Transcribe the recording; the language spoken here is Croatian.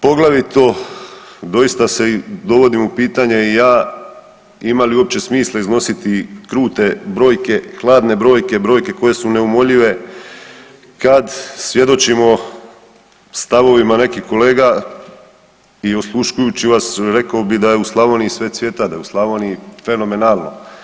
Poglavito, doista se dovodim u pitanje i ja ima li uopće smisla iznositi krute brojke, hladne brojke, brojke koje su neumoljive kad svjedočimo stavovima nekih kolega i osluškujući vas, rekao bih da u Slavoniji sve cvijeta, da je u Slavoniji fenomenalno.